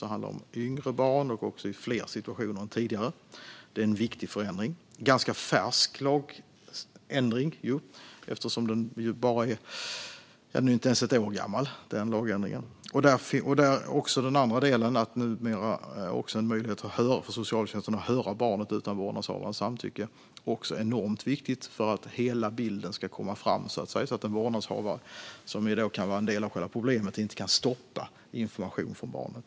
Det handlar om yngre barn och i fler situationer än tidigare. Det är en viktig och färsk lagändring eftersom den ännu inte ens är ett år gammal. Numera finns också en möjlighet för socialtjänsten att höra barnet utan vårdnadshavarens samtycke. Det är också enormt viktigt för att hela bilden ska komma fram, så att en vårdnadshavare som kan vara en del av själva problemet inte kan stoppa information från barnet.